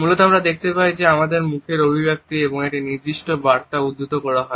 মূলত আমরা দেখতে পাই যে আমাদের মুখের অভিব্যক্তি এবং একটি নির্দিষ্ট বার্তা উদ্ধৃত করা হয়